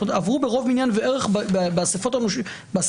זאת אומרת עברו ברוב מניין וערך באסיפות הרלוונטיות.